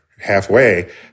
halfway